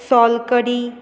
सोलकडी